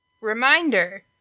Reminder